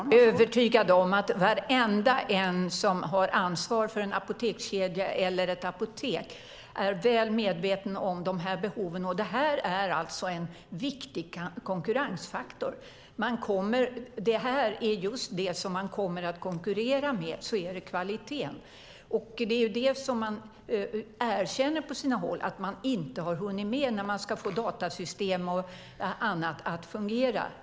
Fru talman! Jag är övertygad om att varenda en som har ansvar för en apotekskedja eller ett apotek är väl medveten om de här behoven. Och det här är en viktig konkurrensfaktor. Det är just kvaliteten som man kommer att konkurrera med. Man erkänner på sina håll att man inte har hunnit med. Det har handlat om att få datasystem och annat att fungera.